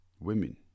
Women